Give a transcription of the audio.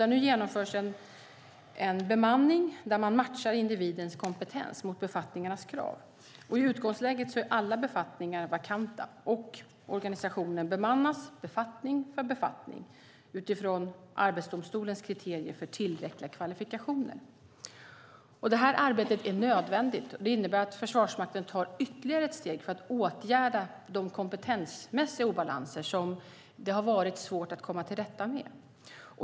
Nu genomförs en bemanning där man matchar individens kompetens mot befattningarnas krav. I utgångsläget är alla befattningar vakanta, och organisationen bemannas befattning för befattning utifrån Arbetsdomstolens kriterier för tillräckliga kvalifikationer. Detta arbete är nödvändigt. Det innebär att Försvarsmakten tar ytterligare ett steg för att åtgärda de kompetensmässiga obalanser som det har varit svårt att komma till rätta med.